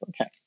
okay